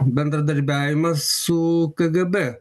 bendradarbiavimą su kgb